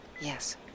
Yes